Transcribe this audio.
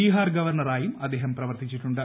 ബീഹാർ ഗവർണറായും അദ്ദേഹം പ്രവർത്തിച്ചിട്ടുണ്ട്